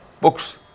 books